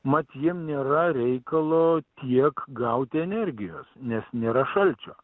mat jiem nėra reikalo tiek gauti energijos nes nėra šalčio